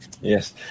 yes